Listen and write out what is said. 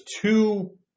two